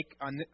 on